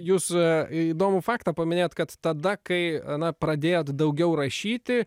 jūs įdomų faktą paminėjot kad tada kai na pradėjot daugiau rašyti